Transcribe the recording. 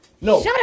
No